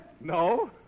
No